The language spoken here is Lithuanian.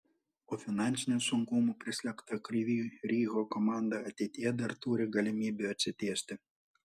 o finansinių sunkumų prislėgta kryvyj riho komanda ateityje dar turi galimybių atsitiesti